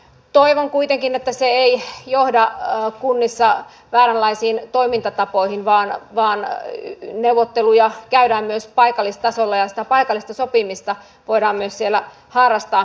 toivon kuitenkin että se ei johda kunnissa vääränlaisiin toimintatapoihin vaan neuvotteluja käydään myös paikallistasolla ja sitä paikallista sopimista voidaan myös siellä harrastaa